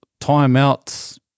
timeouts